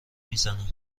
میزنم